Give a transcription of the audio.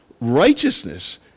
Righteousness